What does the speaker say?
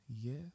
yes